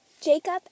Jacob